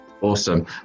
awesome